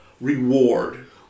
reward